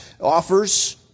offers